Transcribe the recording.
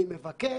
אני מבקש,